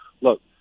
Look